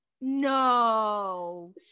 No